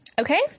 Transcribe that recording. Okay